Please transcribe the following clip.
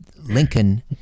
Lincoln